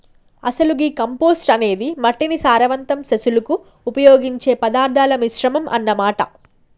అసలు గీ కంపోస్టు అనేది మట్టిని సారవంతం సెసులుకు ఉపయోగించే పదార్థాల మిశ్రమం అన్న మాట